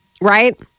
Right